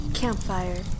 Campfire